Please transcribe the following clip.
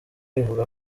ivuga